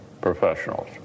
professionals